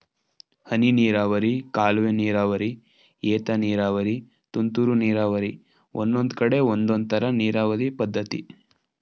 ಹನಿನೀರಾವರಿ ಕಾಲುವೆನೀರಾವರಿ ಏತನೀರಾವರಿ ತುಂತುರು ನೀರಾವರಿ ಒಂದೊಂದ್ಕಡೆ ಒಂದೊಂದ್ತರ ನೀರಾವರಿ ಪದ್ಧತಿ